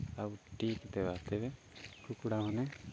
ଆଉ ଠିକ୍ ଦେବା ତେବେ କୁକୁଡ଼ା ମାନେ